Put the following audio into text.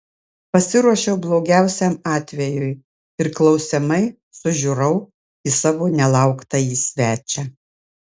pasiruošiau blogiausiam atvejui ir klausiamai sužiurau į savo nelauktąjį svečią